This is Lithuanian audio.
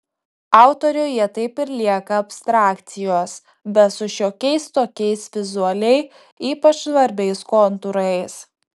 autoriui jie taip ir lieka abstrakcijos bet su šiokiais tokiais vizualiai ypač svarbiais kontūrais